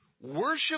worship